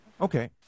okay